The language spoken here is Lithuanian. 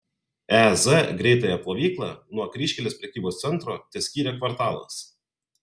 e z greitąją plovyklą nuo kryžkelės prekybos centro teskyrė kvartalas